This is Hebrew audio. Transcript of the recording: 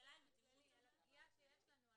אני מדברת באופן כללי על הפגיעה שיש לנו,